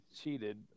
cheated